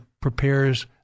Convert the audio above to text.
prepares